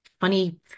funny